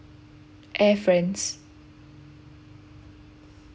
air france